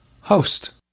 host